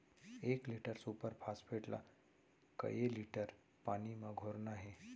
एक litre super phosphate ला कए लीटर पानी मा घोरना हे?